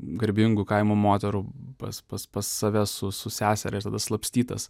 garbingų kaimo moterų pas pas pas save su seseria ir tada slapstytas